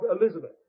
Elizabeth